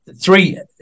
Three